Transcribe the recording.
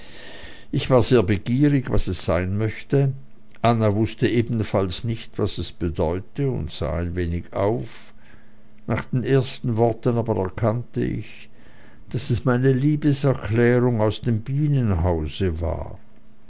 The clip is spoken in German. ich war sehr begierig was es sein möchte anna wußte ebenfalls nicht was das bedeute und sah ein wenig auf nach den ersten worten aber erkannte ich daß es meine liebeserklärung aus dem bienenhause war